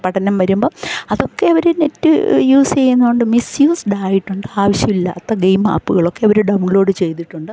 പഠനം വരുമ്പം അതൊക്കെ അവർ നെറ്റ് യൂസ് ചെയ്യുന്നതുകൊണ്ട് മിസ്യൂസ്ഡ് ആയിട്ടുണ്ട് ആവശ്യം ഇല്ലാത്ത ഗെയിമ് ആപ്പ്കളൊക്കെ ഇവർ ഡൗൺലോഡ് ചെയ്തിട്ടുണ്ട്